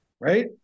Right